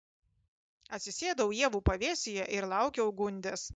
atsisėdau ievų pavėsyje ir laukiau gundės